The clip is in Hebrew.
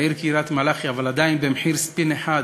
לעיר קריית-מלאכי, אבל עדיין, במחיר ספין אחד,